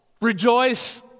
Rejoice